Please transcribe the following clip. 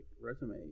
resume